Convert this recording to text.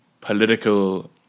political